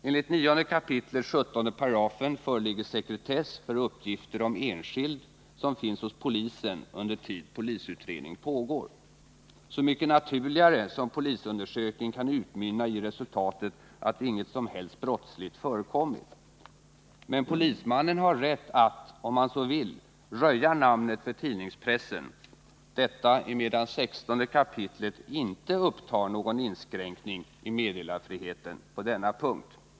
Enligt 9 kap. 17§ föreligger sekretess för uppgift om enskild som finns hos polisen under tid polisutredning pågår — så mycket naturligare som polisundersökningen kan utmynna i resultatet att inget som helst brottsligt förekommit. Men polismannen har rätt att, om han så vill, röja namnet för tidningspressen, detta emedan 16 kapitlet ej upptar någon inskränkning i meddelarfriheten på denna punkt.